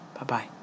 Bye-bye